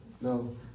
No